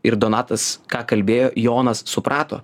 ir donatas ką kalbėjo jonas suprato